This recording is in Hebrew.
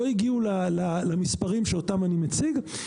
לא הגיעו למספרים שאותם אני מציג.